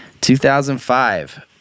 2005